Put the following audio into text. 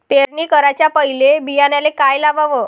पेरणी कराच्या पयले बियान्याले का लावाव?